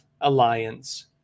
Alliance